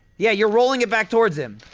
yeah, you're rolling it back towards him